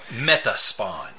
Meta-Spawn